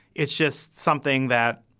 it's just something that.